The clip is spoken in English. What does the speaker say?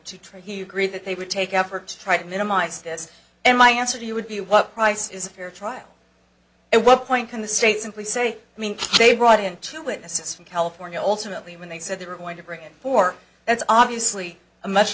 to try he agreed that they would take efforts to try to minimize this and my answer to you would be what price is a fair trial and what point can the state simply say i mean they brought in two witnesses from california ultimately when they said they were going to bring four that's obviously a much